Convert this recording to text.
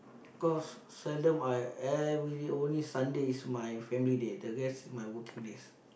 cause seldom I everyday only Sunday is my family day the rest is my working days